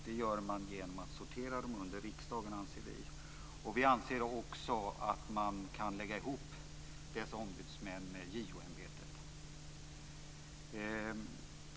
Det gör man genom att sortera dem under riksdagen, anser vi. Vi anser också att man kan lägga ihop dessa ombudsmän med JO-ämbetet.